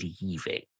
leaving